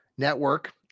network